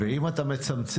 ואם אתה מצמצם,